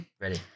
Ready